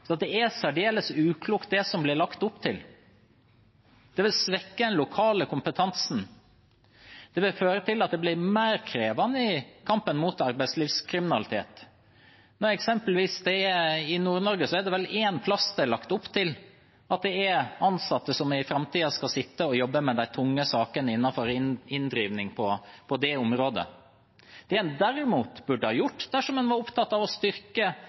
det er særdeles uklokt det som det blir lagt opp til. Det vil svekke den lokale kompetansen. Det vil føre til at det blir mer krevende i kampen mot arbeidslivskriminalitet. Eksempelvis er det vel i Nord-Norge én plass der det er lagt opp til at ansatte i framtiden skal sitte og jobbe med de tunge sakene innenfor inndrivning på dette området. Det en derimot burde har gjort dersom en var opptatt av å styrke